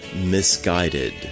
misguided